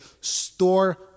store